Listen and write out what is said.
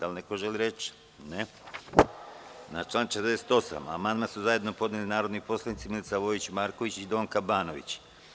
Da li neko želi reč? (Ne) Na član 48. amandman su zajedno podneli narodni poslanici Milica Vojić Marković i Donka Banović.